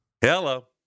Hello